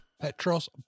Petros